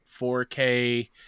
4K